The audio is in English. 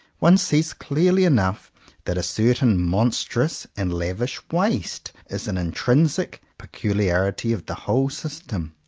one sees clearly enough that a certain monstrous and lavish waste is an intrinsic peculiarity of the whole system.